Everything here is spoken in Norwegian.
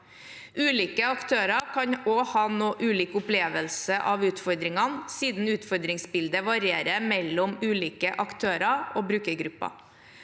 Ulike aktører kan også ha noe ulik opplevelse av utfordringene siden utfordringsbildet varierer mellom ulike aktører og brukergrupper.